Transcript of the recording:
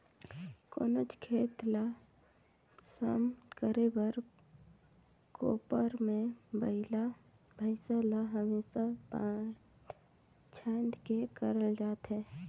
कोनोच खेत ल सम करे बर कोपर मे बइला भइसा ल हमेसा बाएध छाएद के करल जाथे